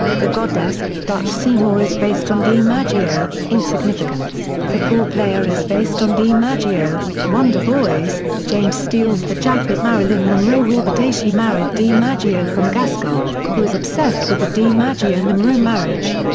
the goddess dutch seymour is based on dimaggio insignificance the ballplayer is based on dimaggio wonder boys james steals the jacket marilyn monroe wore the day she married dimaggio from gaskell, who is obsessed with the dimaggio-monroe marriage.